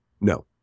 No